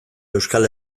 euskal